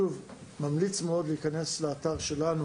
שוב, אני ממליץ מאוד להיכנס לאתר שלנו